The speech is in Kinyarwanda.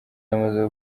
yamaze